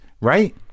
right